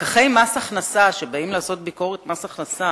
פקחי מס הכנסה שבאים לעשות ביקורת מס הכנסה